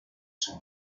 san